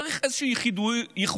צריך איזושהי ייחודיות,